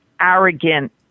arrogant